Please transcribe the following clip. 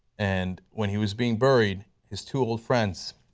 and when he was being buried, his two old friends,